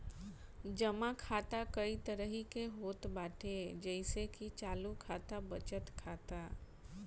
जमा खाता कई तरही के होत बाटे जइसे की चालू खाता, बचत खाता